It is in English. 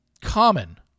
common